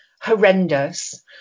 Horrendous